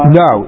no